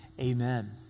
Amen